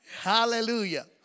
Hallelujah